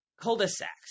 cul-de-sacs